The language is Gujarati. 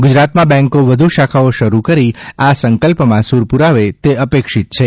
ગુજરાતમાં બેન્કો વ્ધુ શાખાઓ શરૂ કરી આ સંકલ્પમાં સૂર પૂરાવે તે અપેક્ષિત છે